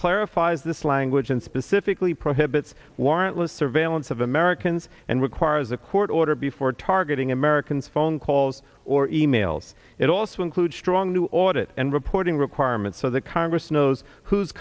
clarifies this language and specifically prohibits warrantless surveillance of americans and requires a court order before targeting americans phone calls or e mails it also includes strong to audit and reporting requirements so that congress knows who's